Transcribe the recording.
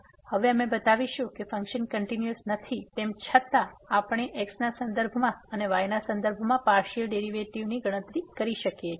હવે અમે બતાવીશું કે ફંક્શન કંટીન્યુઅસ નથી તેમ છતાં આપણે x ના સંદર્ભમાં અને y ના સંદર્ભમાં પાર્સીઅલ ડેરીવેટીવ ની ગણતરી કરી શકીએ છીએ